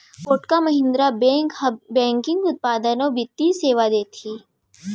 Kotak Mahindra bank ह banking उत्पाद अउ बित्तीय सेवा देथे